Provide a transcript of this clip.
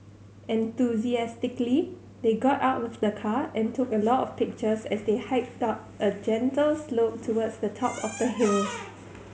enthusiastically they got out of the car and took a lot of pictures as they hiked up a gentle slope towards the top of the hill